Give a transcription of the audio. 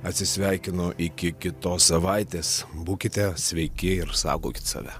atsisveikinu iki kitos savaitės būkite sveiki ir saugokit save